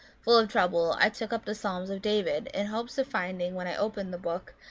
full of trouble, i took up the psalms of david, in hopes of finding, when i opened the book,